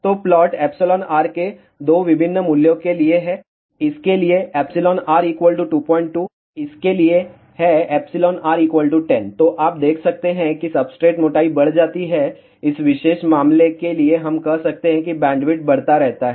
तो plot εr के 2 विभिन्न मूल्यों के लिए है इसके लिए εr 22 इसके लिए है εr 10 तो आप देख सकते हैं कि सब्सट्रेट मोटाई बढ़ जाती है इस विशेष मामले के लिए हम कहते हैं कि बैंडविड्थ बढ़ता रहता है